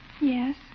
Yes